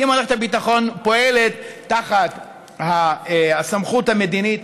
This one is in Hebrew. כי מערכת הביטחון פועלת תחת הסמכות המדינית.